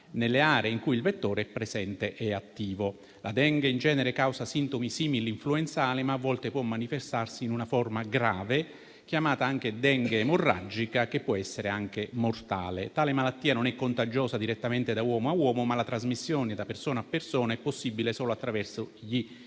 nelle aree in cui il vettore è presente e attivo. La Dengue, in genere, causa sintomi simil-influenzali, ma a volte può manifestarsi in una forma grave, chiamata anche Dengue emorragica, che può essere mortale. Tale malattia non è contagiosa direttamente da uomo a uomo, ma la trasmissione da persona a persona è possibile solo attraverso gli